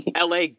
LA